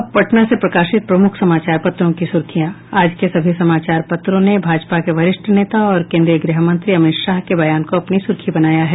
अब पटना से प्रकाशित प्रमुख समाचार पत्रों की सुर्खियां आज के सभी समाचार पत्रों ने भाजपा के वरिष्ठ नेता और केंद्रीय गृह मंत्री अमित शाह के बयान को अपनी सुर्खी बनाया है